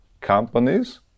companies